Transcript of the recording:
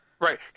right